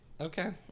Okay